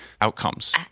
outcomes